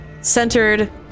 centered